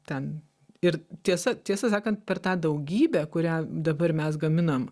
ten ir tiesa tiesą sakant per tą daugybę kurią dabar mes gaminam